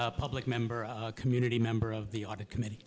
a public member a community member of the audit committee